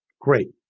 Great